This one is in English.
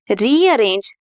Rearrange